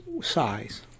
size